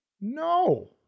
No